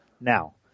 Now